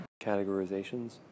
Categorizations